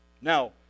Now